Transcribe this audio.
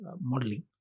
modeling